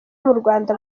murwanda